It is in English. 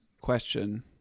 question